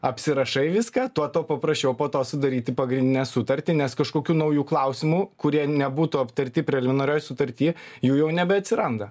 apsirašai viską tuo tau paprašiau po to sudaryti pagrindinę sutartį nes kažkokių naujų klausimų kurie nebūtų aptarti preliminarioj sutarty jų jau nebeatsiranda